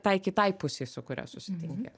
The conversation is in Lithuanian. tai kitai pusei su kuria susitinki